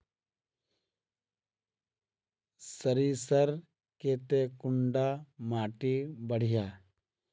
सरीसर केते कुंडा माटी बढ़िया?